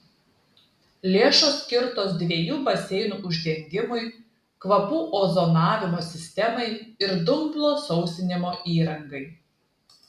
lėšos skirtos dviejų baseinų uždengimui kvapų ozonavimo sistemai ir dumblo sausinimo įrangai